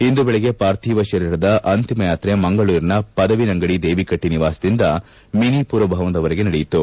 ಇಂದು ಬೆಳಗ್ಗೆ ಪಾರ್ಥಿವ ಶರೀರದ ಅಂತಿಮ ಯಾತ್ರೆ ಮಂಗಳೂರಿನ ಪದವಿನಂಗಡಿ ದೇವಿಕಟ್ಟೆ ನಿವಾಸದಿಂದ ಮಿನಿ ಪುರಭವನದವರೆಗೆ ಬೆಳಗ್ಗೆ ನಡೆಯಿತು